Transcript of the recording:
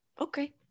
Okay